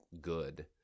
good